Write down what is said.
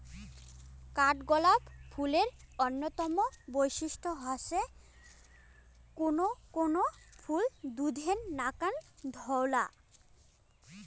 কাঠগোলাপ ফুলের অইন্যতম বৈশিষ্ট্য হসে কুনো কুনো ফুল দুধের নাকান ধওলা